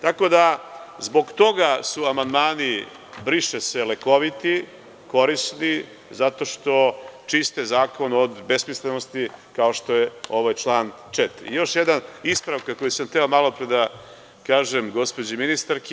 Tako da zbog toga su amandmani „briše se“ lekoviti, korisni, zato što čiste zakon od besmislenosti kao što je ovaj član 4. Još jedna ispravka koju sam hteo malopre da kažem gospođi ministarki.